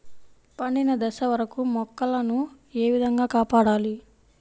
పండిన దశ వరకు మొక్కల ను ఏ విధంగా కాపాడాలి?